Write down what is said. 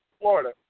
Florida